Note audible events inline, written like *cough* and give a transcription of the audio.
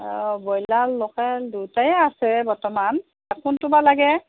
অঁ ব্ৰইলাৰ আৰু লোকেল দুয়োটাই আছে বৰ্তমান *unintelligible* কোনটো বা লাগে